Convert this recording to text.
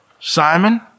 Simon